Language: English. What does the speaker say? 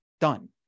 done